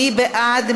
מי בעד?